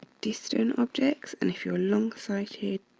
distant objects and if you're long sighted,